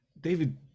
David